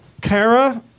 Kara